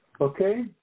Okay